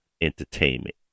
entertainment